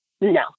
no